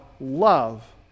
love